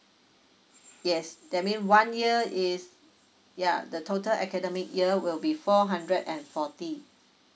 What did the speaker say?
yes that mean one year is ya the total academic year will be four hundred and forty